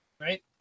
right